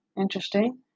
Interesting